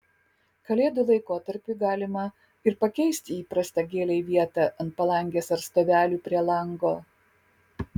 kalėdų laikotarpiui galima ir pakeisti įprastą gėlei vietą ant palangės ar stovelių prie lango